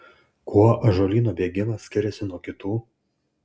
kuo ąžuolyno bėgimas skiriasi nuo kitų